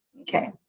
okay